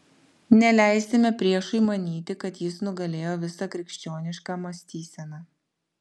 neleisime priešui manyti kad jis nugalėjo visą krikščionišką mąstyseną